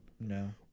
No